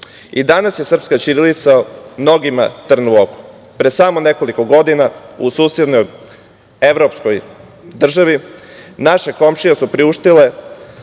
danas je srpska ćirilica mnogima trn u oku. Pre samo nekoliko godina u susednoj evropskoj državi naše komšije su nam priuštile